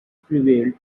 prevailed